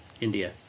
India